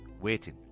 waiting